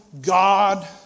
God